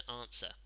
answer